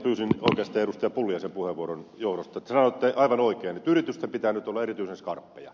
te sanoitte aivan oikein että yritysten pitää nyt olla erityisen skarppeja